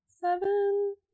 seven